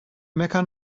mecca